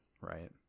right